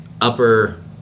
upper